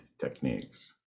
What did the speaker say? techniques